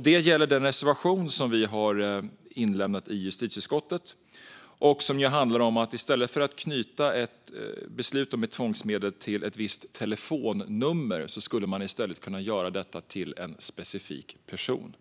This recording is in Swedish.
Det gäller den reservation som vi har lämnat in till justitieutskottet. Den handlar om att man i stället för knyta ett beslut om tvångsmedel till ett visst telefonnummer skulle kunna göra det till en specifik person.